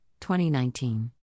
2019